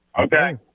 okay